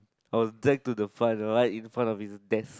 I was dragged to the front right in front of his desk